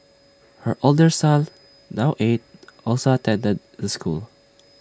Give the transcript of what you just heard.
her older son now eight also attended the school